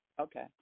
okay